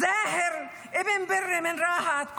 זאהר איבן ברי מרהט,